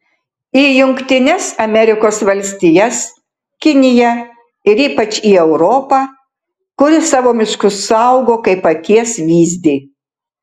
į jungtines amerikos valstijas kiniją ir ypač į europą kuri savo miškus saugo kaip akies vyzdį